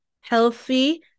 healthy